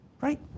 right